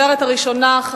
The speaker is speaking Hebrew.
הצעות לסדר-היום מס' 4181,